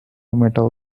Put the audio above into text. metal